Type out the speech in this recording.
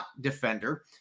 defender